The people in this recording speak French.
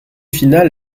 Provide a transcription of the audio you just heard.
finale